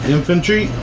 Infantry